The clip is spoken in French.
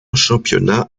championnat